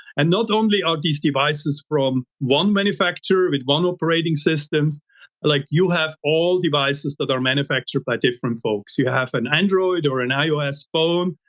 and not only are these devices from one manufacturer with one operating systems like you have all devices that are manufactured by different folks, you have an android or an ios phone,